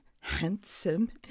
handsome